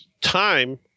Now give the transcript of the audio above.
Time